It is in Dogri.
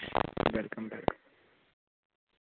welcome welcome